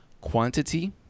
quantity